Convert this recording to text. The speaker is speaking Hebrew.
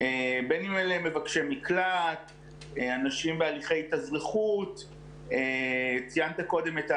אולי באמת לשתף פעולה עם החברה האזרחית שמתגייסת כדי להקל על